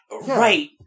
Right